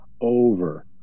over